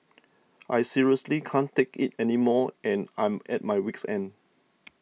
I seriously can't take it anymore and I'm at my week's end